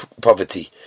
poverty